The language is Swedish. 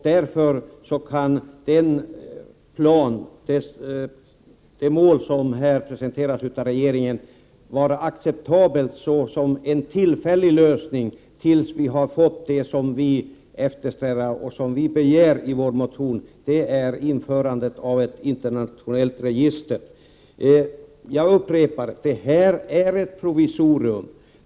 Det mål som här presenteras av regeringen kan vara acceptabelt som en tillfällig lösning, tills vi har fått det som vi eftersträvar och som vi begär i vår motion, nämligen inrättandet av ett internationellt register. Jag vill gärna upprepa mitt konstaterande att det här är ett provisorium.